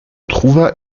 trouva